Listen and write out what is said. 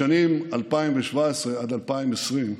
בשנים 2017 2020,